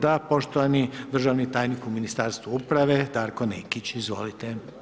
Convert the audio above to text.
Da, poštovani državni tajnik u Ministarstvu uprave Darko Nekić, izvolite.